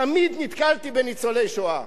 תמיד נתקלתי בניצולי שואה.